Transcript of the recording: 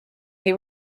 they